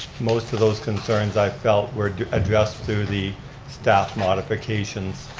most of those concerns i felt were addressed to the staff modifications,